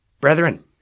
brethren